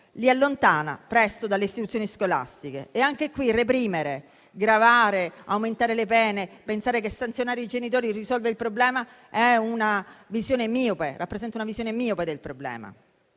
li allontana presto dalle istituzioni scolastiche. Anche in questo caso reprimere, gravare, aumentare le pene, pensare che sanzionare i genitori risolva il problema rappresenta una visione miope del problema.